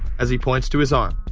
as he points to his arm.